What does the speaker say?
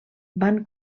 van